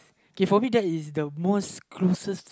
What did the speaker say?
K for me that is the most closest